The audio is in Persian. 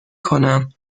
کنم